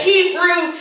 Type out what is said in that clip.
Hebrew